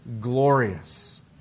glorious